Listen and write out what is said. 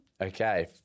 Okay